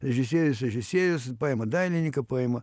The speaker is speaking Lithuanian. režisierius režisierius paima dainininką paima